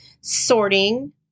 sorting